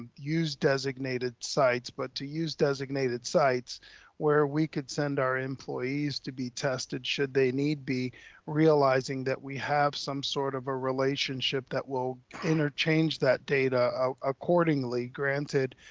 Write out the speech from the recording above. ah use designated sites, but to use designated sites where we could send our employees to be tested, should they need be realizing that we have some sort of a relationship that will interchange that data ah accordingly? granted,